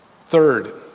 Third